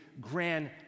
grand